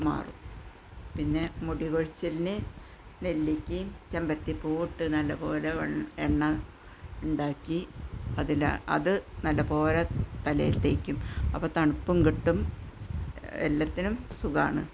മാറും പിന്നെ മുടി കൊഴിച്ചിലിന് നെല്ലിക്കയും ചെമ്പരത്തിപ്പൂവും ഇട്ട് നല്ല പോലെ എണ്ണ ഉണ്ടാക്കി അതിൽ അത് നല്ലപോലെ തലയിൽ തേയ്ക്കും അപ്പോൾ തണുപ്പ് കിട്ടും എല്ലാത്തിനും സുഖമാണ്